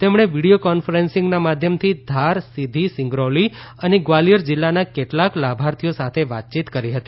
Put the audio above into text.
તેમણે વીડીયો કોન્ફરસીંગના માધ્યમથી ધાર સીધી સિંગરૌલી અને ગ્વાલીયર જીલ્લાના કેટલાક લાભાર્થીઓ સાથે વાતચીત કરી હતી